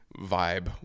vibe